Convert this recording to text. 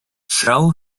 shell